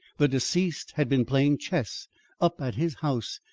the deceased had been playing chess up at his house,